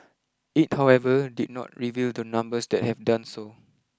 it however did not reveal the numbers that have done so